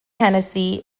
hennessy